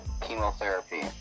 chemotherapy